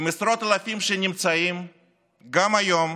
עם עשרות אלפים שנמצאים גם היום